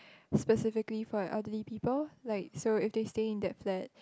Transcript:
specifically for elderly people like so if they stay in that flat